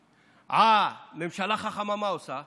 אה, ממשלה חכמה, מה עושה?